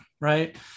right